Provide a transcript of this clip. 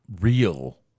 real